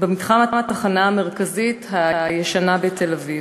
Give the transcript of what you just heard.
במתחם התחנה המרכזית הישנה בתל-אביב.